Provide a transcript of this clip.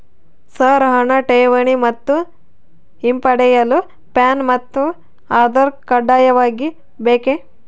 Sir ಹಣ ಠೇವಣಿ ಮತ್ತು ಹಿಂಪಡೆಯಲು ಪ್ಯಾನ್ ಮತ್ತು ಆಧಾರ್ ಕಡ್ಡಾಯವಾಗಿ ಬೇಕೆ?